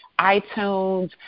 iTunes